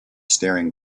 staring